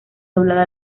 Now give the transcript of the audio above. doblada